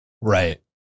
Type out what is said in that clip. right